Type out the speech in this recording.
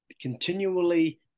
continually